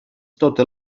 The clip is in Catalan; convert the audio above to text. totes